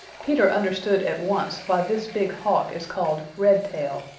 peter understood at once why this big hawk is called redtail.